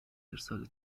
ارسال